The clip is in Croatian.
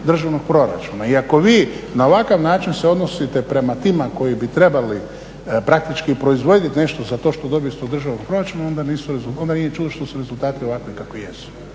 državnog proračuna. I ako vi na ovakav način se odnosite prema tima koji bi trebali praktički proizvoditi nešto za to što dobiju iz tog državnog proračuna onda nije ni čudo što su rezultati ovakvi kakvi jesu.